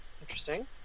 Interesting